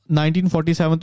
1947